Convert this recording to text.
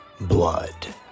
blood